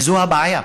וזו הבעיה,